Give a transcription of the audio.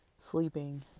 sleeping